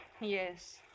Yes